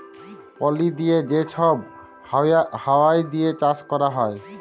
পলি দিঁয়ে যে ছব হাউয়া দিঁয়ে চাষ ক্যরা হ্যয়